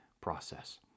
process